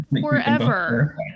Forever